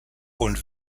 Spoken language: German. und